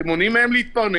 אתם מונעים מהם להתפרנס,